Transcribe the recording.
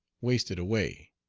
wasted away.